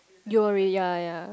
Yuri ya ya